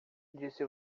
disse